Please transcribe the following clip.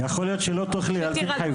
קטי, יכול להיות שלא תוכלי, אל תתחייבי.